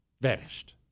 Vanished